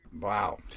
Wow